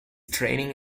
training